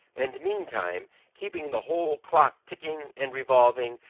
and meantime keeping the whole clock ticking and revolving,